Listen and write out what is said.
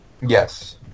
Yes